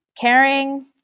caring